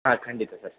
ಹಾಂ ಖಂಡಿತ ಸರ್